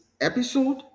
episode